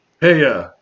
Hey